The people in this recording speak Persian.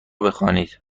بخوانید